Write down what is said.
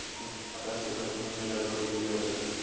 का दस एकड़ भुमि में दस बोरी यूरिया हो जाही?